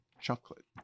chocolate